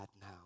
now